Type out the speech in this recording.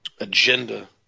agenda